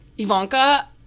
Ivanka